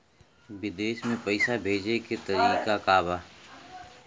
विदेश में पैसा भेजे के तरीका का बा?